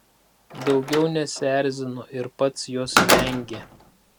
daugiau nesierzino ir pats jos vengė